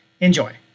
Enjoy